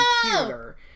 computer